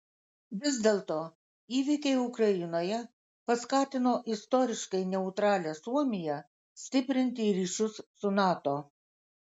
vis dėlto įvykiai ukrainoje paskatino istoriškai neutralią suomiją stiprinti ryšius su nato